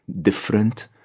different